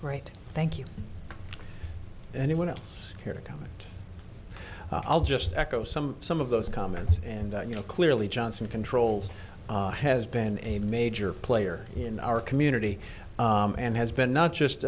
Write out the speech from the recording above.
great thank you anyone else care to comment i'll just echo some some of those comments and you know clearly johnson controls has been a major player in our community and has been not